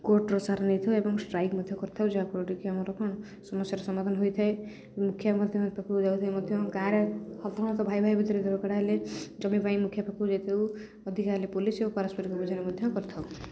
କୋର୍ଟର ସାହାରା ନେଇଥାଉ ଏବଂ ଷ୍ଟ୍ରାଇକ୍ ମଧ୍ୟ କରିଥାଉ ଯାହାଫଳରେକି ଆମର କ'ଣ ସମସ୍ୟାର ସମାଧାନ ହୋଇଥାଏ ମୁଖିଆ ମଧ୍ୟ ପାଖକୁ ଯାଉଥାଏ ମଧ୍ୟ ଗାଁରେ ସାଧାରଣତଃ ଭାଇ ଭାଇ ଭିତରେ ଝଗଡ଼ା ହେଲେ ଜମି ପାଇଁ ମୁଖିଆ ପାଖକୁ ଯାଇଥାଉ ଅଧିକା ହେଲେ ପୋଲିସ ଓ ପାରସ୍ପରିକ ବୁଝାମଣା ମଧ୍ୟ କରିଥାଉ